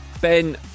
Ben